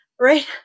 right